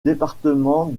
département